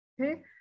okay